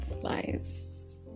flies